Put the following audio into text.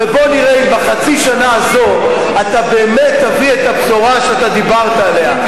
ובוא נראה אם בחצי שנה הזו אתה באמת תביא את הבשורה שאתה דיברת עליה,